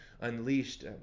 unleashed